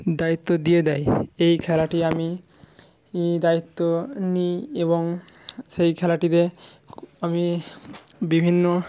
দায়িত্ব দিয়ে দেয় এই খেলাটি আমি ই দায়িত্ব নিই এবং সেই খেলাটিতে আমি বিভিন্ন